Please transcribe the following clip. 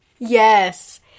Yes